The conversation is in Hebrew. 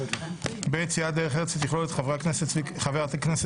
2. סיעת דרך ארץ שתכלול את חבר הכנסת